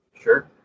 sure